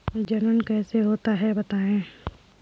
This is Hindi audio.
जनन कैसे होता है बताएँ?